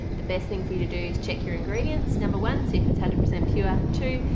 the best thing for you to do is check your ingredients number one see if it's hundred percent pure. two.